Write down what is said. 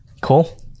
cool